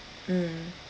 mm